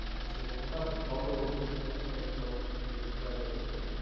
and so it's been lovely although it looks like i brought the canadian weather with me.